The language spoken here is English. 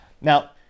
Now